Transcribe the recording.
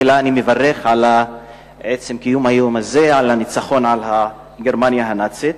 תחילה אני מברך על עצם קיום היום הזה לציון הניצחון על גרמניה הנאצית.